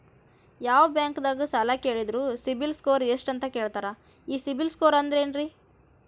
ಯಾವ ಬ್ಯಾಂಕ್ ದಾಗ ಸಾಲ ಕೇಳಿದರು ಸಿಬಿಲ್ ಸ್ಕೋರ್ ಎಷ್ಟು ಅಂತ ಕೇಳತಾರ, ಈ ಸಿಬಿಲ್ ಸ್ಕೋರ್ ಅಂದ್ರೆ ಏನ್ರಿ?